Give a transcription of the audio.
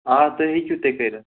آ تُہۍ ہیٚکِو تہِ کٔرِتھ